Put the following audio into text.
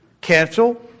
cancel